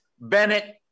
Bennett